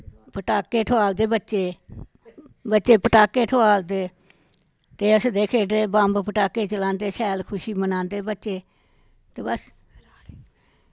पटाके ठोआलदे बच्चे बच्चे पटाके ठोआलदे ते हस्सदे खेढदे बम्ब पटाके चलांदे शैल खुशी मनांदे बच्चे ते बस